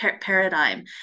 Paradigm